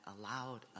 allowed